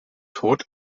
tod